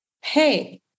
hey